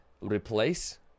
replace